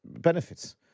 benefits